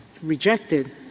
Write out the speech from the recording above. rejected